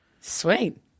Sweet